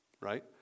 right